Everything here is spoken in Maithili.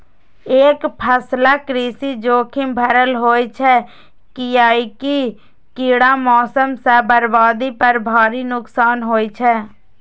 एकफसला कृषि जोखिम भरल होइ छै, कियैकि कीड़ा, मौसम सं बर्बादी पर भारी नुकसान होइ छै